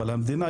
אבל המדינה,